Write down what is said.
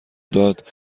داد